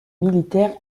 militaires